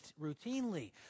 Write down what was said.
routinely